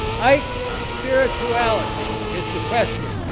ike's spirituality is the question.